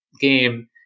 game